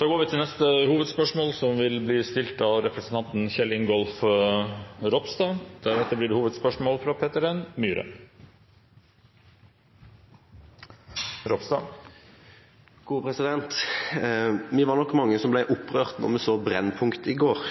Vi går videre til neste hovedspørsmål – fra representanten Kjell Ingolf Ropstad. Vi var mange som ble opprørt da vi så Brennpunkt i går.